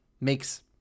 makes